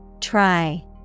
Try